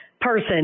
person